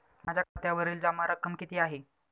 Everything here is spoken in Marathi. माझ्या खात्यावरील जमा रक्कम किती आहे?